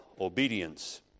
obedience